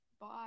Bye